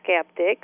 skeptics